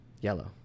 Yellow